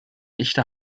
echte